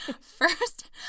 First